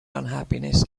unhappiness